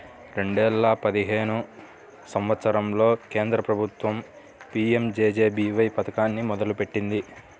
రెండేల పదిహేను సంవత్సరంలో కేంద్ర ప్రభుత్వం పీయంజేజేబీవై పథకాన్ని మొదలుపెట్టింది